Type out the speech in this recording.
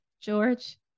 George